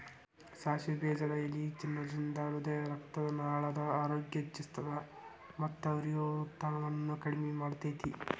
ಸಾಸಿವೆ ಬೇಜದ ಎಲಿ ತಿನ್ನೋದ್ರಿಂದ ಹೃದಯರಕ್ತನಾಳದ ಆರೋಗ್ಯ ಹೆಚ್ಹಿಸ್ತದ ಮತ್ತ ಉರಿಯೂತವನ್ನು ಕಡಿಮಿ ಮಾಡ್ತೆತಿ